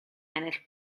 ennill